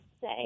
say